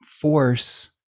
force